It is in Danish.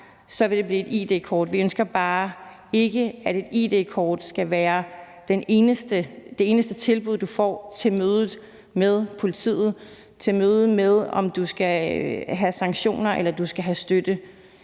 inden for området. Vi ønsker bare ikke, at et id-kort skal være det eneste tilbud, du får i forhold til mødet med politiet eller til mødet om, om du skal have sanktioner eller du skal have støtte.